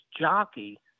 jockey